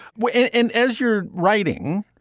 but and and as you're writing,